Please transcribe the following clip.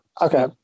Okay